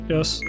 Yes